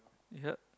yup